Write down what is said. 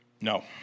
No